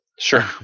Sure